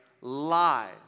lies